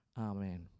Amen